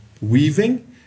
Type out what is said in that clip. weaving